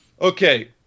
Okay